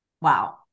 Wow